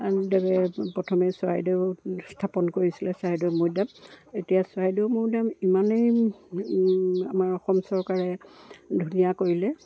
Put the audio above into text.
দেৱে প্ৰথমে চৰাইদেউ স্থাপন কৰিছিলে চৰাইদেউ মৈদাম এতিয়া চৰাইদেউ মৈদাম ইমানেই আমাৰ অসম চৰকাৰে ধুনীয়া কৰিলে